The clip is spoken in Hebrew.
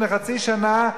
לפני חצי שנה,